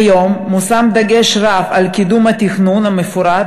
כיום מושם דגש רב על קידום התכנון המפורט